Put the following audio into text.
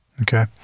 Okay